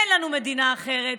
אין לנו מדינה אחרת.